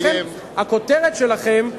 לכן הכותרת שלכם,